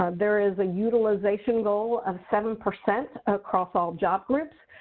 um there is a utilization goal of seven percent across all job groups.